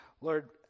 Lord